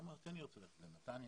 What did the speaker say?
אמרתי שאני רוצה ללכת לנתניה,